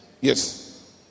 yes